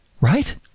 right